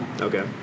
Okay